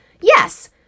Yes